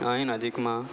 અહીં નજીકમાં